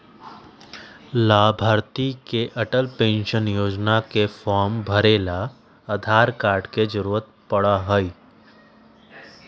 लाभार्थी के अटल पेन्शन योजना के फार्म भरे ला आधार कार्ड के जरूरत पड़ा हई